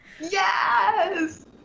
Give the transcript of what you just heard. Yes